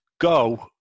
go